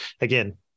again